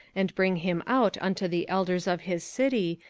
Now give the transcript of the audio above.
and bring him out unto the elders of his city,